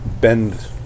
bend